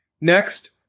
Next